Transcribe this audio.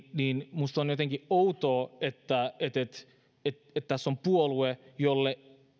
minusta on jotenkin outoa että tässä on puolue jolle